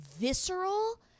visceral